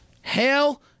Hell